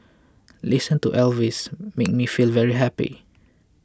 listening to Elvis makes me feel very happy